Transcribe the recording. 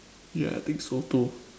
yeah I think so too